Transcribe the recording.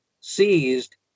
seized